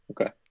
okay